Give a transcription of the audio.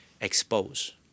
expose